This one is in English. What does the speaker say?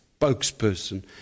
spokesperson